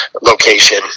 location